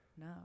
No